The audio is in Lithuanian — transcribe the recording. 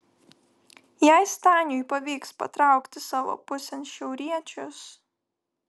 jei staniui pavyks patraukti savo pusėn šiauriečius